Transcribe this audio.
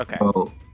Okay